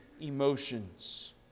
emotions